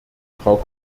frau